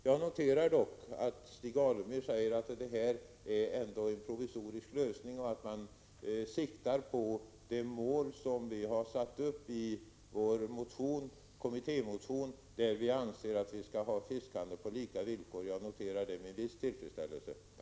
Jag noterar dock att Stig Alemyr säger att detta ändå är en provisorisk lösning och att man siktar på de mål som vi har satt upp i vår motion, där vi anser att fiskhandel skall bedrivas på lika villkor. Jag noterar det med viss tillfredsställelse.